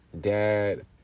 dad